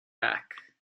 rack